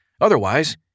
Otherwise